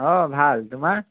অ ভাল তোমাৰ